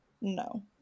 no